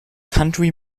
country